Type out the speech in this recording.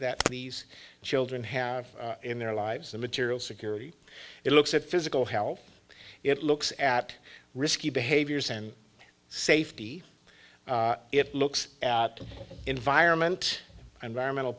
that these children have in their lives the material security it looks at physical health it looks at risky behaviors and safety it looks at the environment and our mental